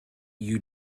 you